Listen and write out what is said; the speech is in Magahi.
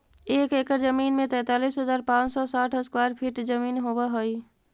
एक एकड़ जमीन तैंतालीस हजार पांच सौ साठ स्क्वायर फीट जमीन होव हई